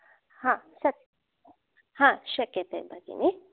हा सत् हा शक्यते भगिनी